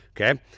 Okay